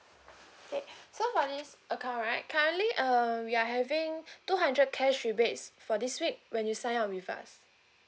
okay so for this account right currently um we are having two hundred cash rebates for this week when you sign up with us